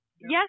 Yes